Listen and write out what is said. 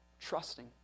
trusting